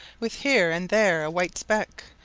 with here and there a white speck,